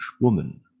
woman